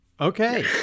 Okay